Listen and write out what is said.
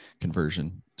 conversion